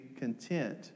content